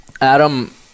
Adam